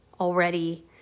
already